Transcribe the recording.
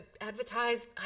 advertise